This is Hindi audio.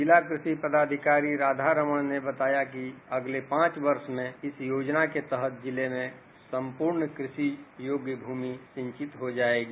जिला कृषि पदाधिकारी राधा रमण ने बताया कि अगले पांच वर्ष में इस योजना के तहत जिले में संपूर्ण कृषि योग्य भूमि सिंचित हो जायेगी